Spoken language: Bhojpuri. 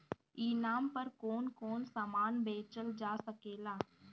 ई नाम पर कौन कौन समान बेचल जा सकेला?